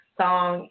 song